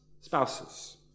spouses